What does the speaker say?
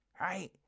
Right